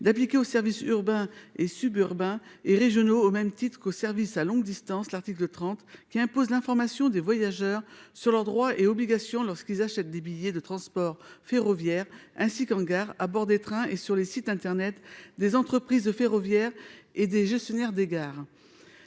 d'appliquer aux services urbains et suburbains et régionaux au même titre qu'au service à longue distance. L'article 30 qui impose l'information des voyageurs sur leurs droits et obligations lorsqu'ils achètent des billets de transport ferroviaire ainsi qu'en gare à bord des trains et sur les sites internet des entreprises de ferroviaire et des gestionnaires des gares.